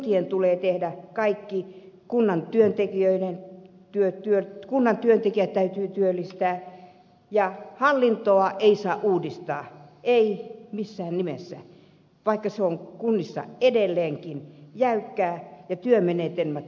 kuntien tulee tehdä kaikki omina palveluina kuntien työntekijät täytyy työllistää ja hallintoa ei saa uudistaa ei missään nimessä vaikka se on kunnissa edelleenkin jäykkää ja työmenetelmät ovat vanhanaikaisia